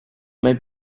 may